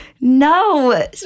no